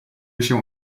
się